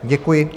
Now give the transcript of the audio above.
Děkuji.